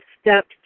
steps